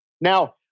Now